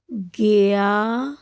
ਗਿਆ